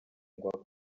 ngo